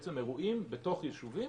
אירועים בתוך יישובים